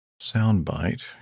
soundbite